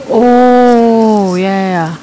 oh ya ya ya